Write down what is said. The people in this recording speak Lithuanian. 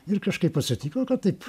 ir kažkaip atsitiko kad taip